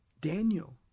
Daniel